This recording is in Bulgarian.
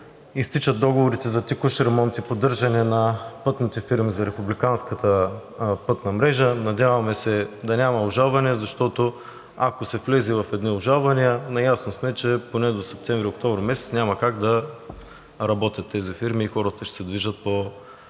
изтичат договорите за текущ ремонт и поддържане на пътните фирми за републиканската пътна мрежа. Надяваме се да няма обжалвания, защото, ако се влезе в едни обжалвания, наясно сме, че поне до септември-октомври месец тези фирми няма как да работят и хората ще се движат по пътища,